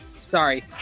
Sorry